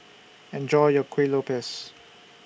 Enjoy your Kuih Lopes